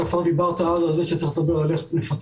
אתה דיברת על כך שצריך לדבר על איך מפצים,